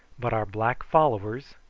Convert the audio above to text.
but our black followers,